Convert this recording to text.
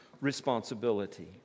responsibility